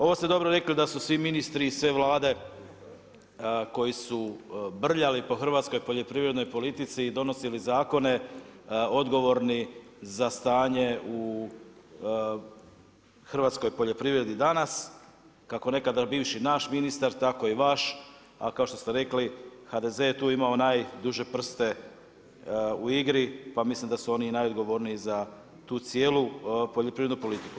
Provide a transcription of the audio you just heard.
Ovo ste dobro rekli da su svi ministri i sve Vlade koje su brljali po hrvatskoj poljoprivrednoj politici i donosili zakone, odgovorni za stanje u hrvatskoj poljoprivredi danas, kako nekada bivši naš ministar, tako i vaš, a kao što ste rekli, HDZ je tu najduže prste u igri pa mislim da su oni i najodgovorniji za tu cijelu poljoprivrednu politiku.